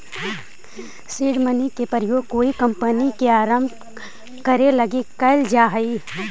seed money के प्रयोग कोई कंपनी के आरंभ करे लगी कैल जा हई